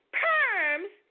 perms